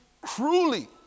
cruelly